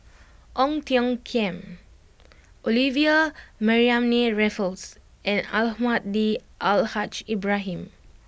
Ong Tiong Khiam Olivia Mariamne Raffles and Almahdi Al Haj Ibrahim